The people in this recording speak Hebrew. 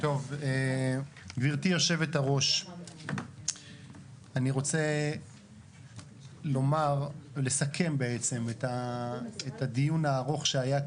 ואני רוצה גם להגיד לך עוד משהו.